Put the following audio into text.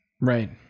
right